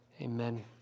Amen